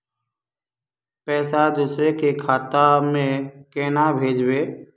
पैसा दूसरे के खाता में केना भेजबे?